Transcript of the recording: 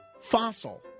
fossil